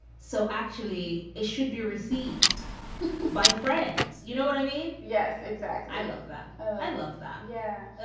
so actually it should be received by friends, you know what i mean? yes, exactly. i love that. oh, i love that. yeah.